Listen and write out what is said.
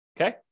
Okay